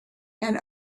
and